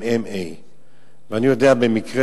גם MA. ואני יודע במקרה,